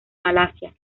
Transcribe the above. malasia